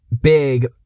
big